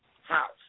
house